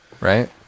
Right